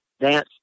dance